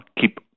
keep